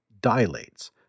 dilates